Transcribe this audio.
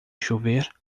chover